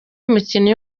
umukinnyi